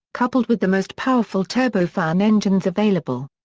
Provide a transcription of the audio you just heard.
coupled with the most powerful turbofan engines available.